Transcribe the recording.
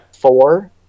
four